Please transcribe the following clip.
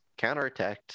counterattacked